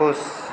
खुश